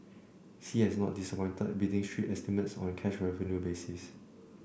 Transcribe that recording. sea has not disappointed beating street estimates on a cash revenue basis